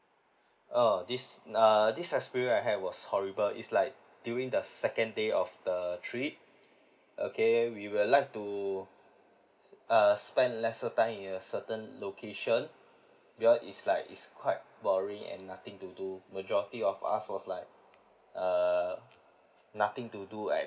oh this uh this experience I had was horrible is like during the second day of the trip okay we would like to uh spend lesser time in a certain location because it's like it's quite boring and nothing to do majority of us was like err nothing to do at